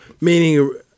meaning